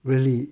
really